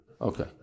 Okay